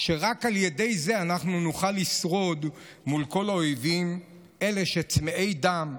רק על ידי זה אנחנו נוכל לשרוד מול כל האויבים צמאי הדם,